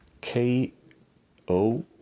K-O